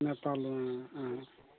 নেপালোঁ অ অ